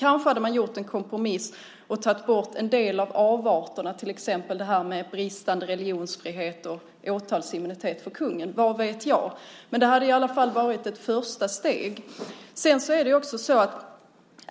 Kanske hade de uppnått en kompromiss och tagit bort en del av avarterna, till exempel bristen på religionsfrihet och åtalsimmunitet för kungen - vad vet jag. Det hade i alla fall varit ett första steg.